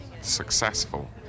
successful